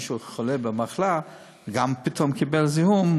אם מישהו חולה במחלה וגם פתאום קיבל זיהום,